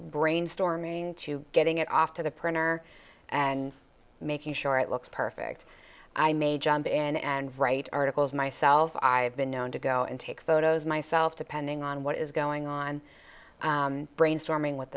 brainstorming to getting it off to the printer and making sure it looks perfect i may jump in and write articles myself i've been known to go and take photos myself depending on what is going on brainstorming with